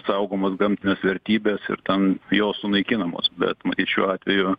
saugomas gamtines vertybes ir ten jos sunaikinamos bet matyt šiuo atveju